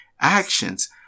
actions